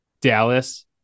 Dallas